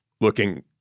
looking